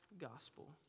gospel